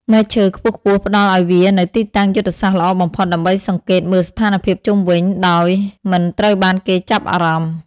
មែកឈើខ្ពស់ៗផ្តល់ឲ្យវានូវទីតាំងយុទ្ធសាស្ត្រល្អបំផុត ដើម្បីសង្កេតមើលស្ថានភាពជុំវិញ ហើយដោយមិនត្រូវបានគេចាប់អារម្មណ៍។